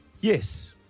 Yes